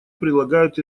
прилагают